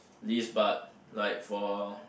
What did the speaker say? list but like for